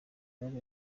bari